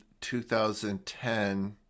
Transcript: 2010